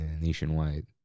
nationwide